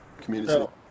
community